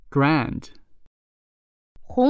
Grand